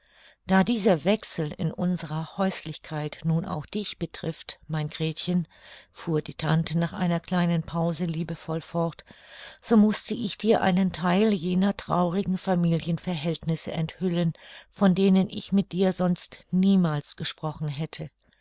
da dieser wechsel in unserer häuslichkeit nun auch dich betrifft mein gretchen fuhr die tante nach einer kleinen pause liebevoll fort so mußte ich dir einen theil jener traurigen familienverhältnisse enthüllen von denen ich mit dir sonst niemals gesprochen hätte